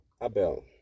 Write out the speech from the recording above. Abel